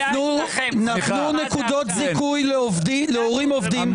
נתנו נקודות זיכוי להורים עובדים.